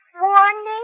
Warning